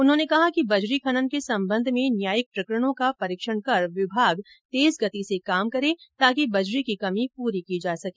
उन्होंने कहा कि बजरी खनन के सम्बन्ध में न्यायिक प्रकरणों का परीक्षण कर विभाग तेज गति से काम करे ताकि बजरी की कमी पूरी की जा सके